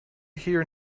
hear